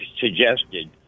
suggested